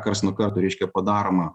karts nuo karto reiškia padaroma